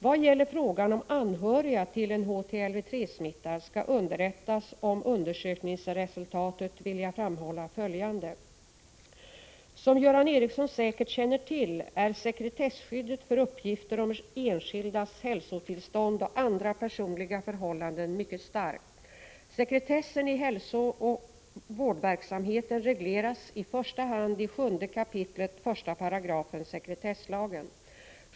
Vad gäller frågan om huruvida anhöriga till en HTLV-III-smittad skall underrättas om undersökningsresultatet vill jag framhålla följande: Som Göran Ericsson säkert känner till är sekretesskyddet för uppgifter om enskildas hälsotillstånd och andra personliga förhållanden mycket starkt. Sekretessen i hälsooch sjukvårdsverksamheten regleras i första hand i 7 kap. 18§ sekretesslagen.